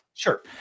Sure